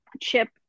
chip